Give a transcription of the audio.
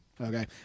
Okay